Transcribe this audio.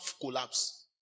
collapse